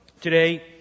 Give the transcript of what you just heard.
today